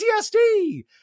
PTSD